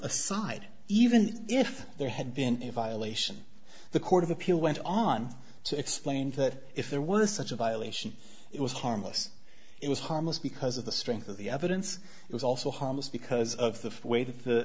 aside even if there had been a violation the court of appeal went on to explain that if there were such a violation it was harmless it was harmless because of the strength of the evidence it was also harmless because of the way th